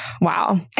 wow